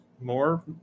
more